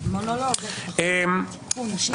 אורנה, תודה.